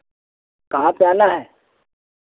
कहाँ पे आना है